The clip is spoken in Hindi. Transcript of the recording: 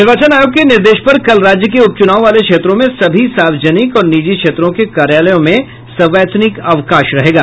निर्वाचन आयोग के निर्देश पर कल राज्य के उपचुनाव वाले क्षेत्रों में सभी सार्वजनिक और निजी क्षेत्रों के कार्यालयों में सवैतनिक अवकाश रहेगा